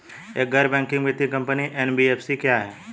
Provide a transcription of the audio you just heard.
एक गैर बैंकिंग वित्तीय कंपनी एन.बी.एफ.सी क्या है?